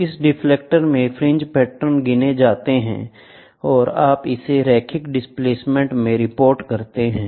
तो इस डिटेक्टर में फ्रिंज पैटर्न गिने जाते है और आप इसे रैखिक डिस्प्लेसमेंट में रिपोर्ट करते हैं